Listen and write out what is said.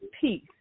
peace